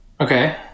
Okay